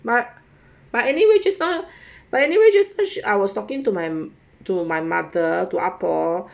but but anyway just now but anyway just as I was talking to my to my mother to my ah po